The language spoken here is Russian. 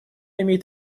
имеет